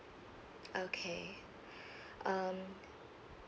okay um